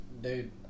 Dude